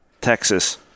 Texas